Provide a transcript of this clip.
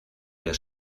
der